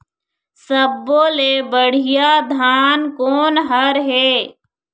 सब्बो ले बढ़िया धान कोन हर हे?